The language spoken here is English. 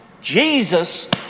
Jesus